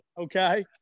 Okay